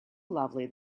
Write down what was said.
lovely